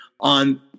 on